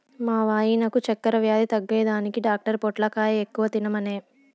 మా వాయినకు చక్కెర వ్యాధి తగ్గేదానికి డాక్టర్ పొట్లకాయ ఎక్కువ తినమనె